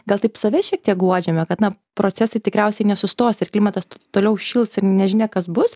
gal taip save šiek tiek guodžiame kad na procesai tikriausiai nesustos ir klimatas toliau šils ir nežinia kas bus